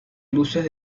luces